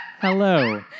Hello